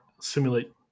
simulate